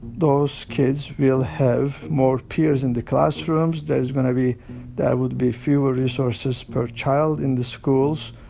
those kids will have more peers in the classrooms. there's going to be there would be fewer resources per child in the schools.